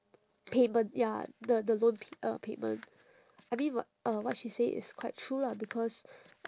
payment ya the the loan p~ uh payment I mean wh~ uh what she said is quite true lah because